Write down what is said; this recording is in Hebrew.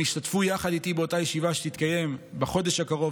הם ישתתפו יחד איתי באותה ישיבה שתתקיים בחודש הקרוב